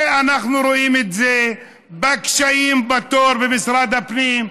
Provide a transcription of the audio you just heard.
אנחנו רואים את זה בקשיים בתור במשרד הפנים,